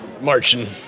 marching